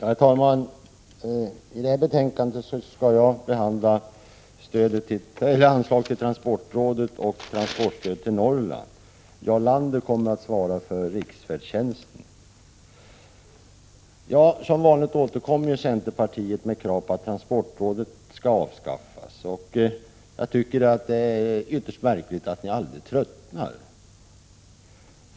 Herr talman! I anslutning till det här betänkandet skall jag behandla anslag till transportrådet och transportstöd till Norrland. Jarl Lander kommer att beröra riksfärdtjänsten. Som vanligt återkommer centerpartiet med krav på att transportrådet skall avskaffas. Det är ytterst märkligt att ni aldrig tröttnar.